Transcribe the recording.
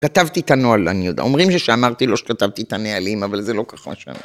כתבתי את הנוהל, אני יודע. אומרים שאמרתי לו שכתבתי את הנהלים, אבל זה לא כל כך משנה